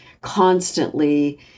constantly